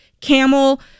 Camel